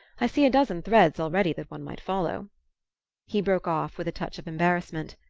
i see a dozen threads already that one might follow he broke off with a touch of embarrassment.